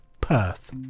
Perth